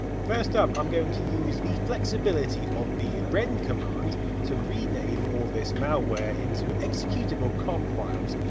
first up, i'm going to use the flexibility of the ren command to rename all this malware, into executable com files.